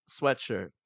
sweatshirt